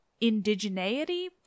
indigeneity